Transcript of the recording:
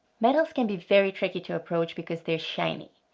metals can be very tricky to approach because they're shiny,